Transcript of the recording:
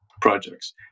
projects